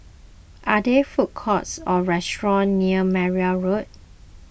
are there food courts or restaurants near Meyer Road